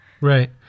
Right